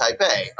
Taipei